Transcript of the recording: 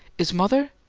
is mother?